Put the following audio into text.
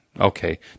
okay